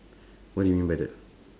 what do you mean by that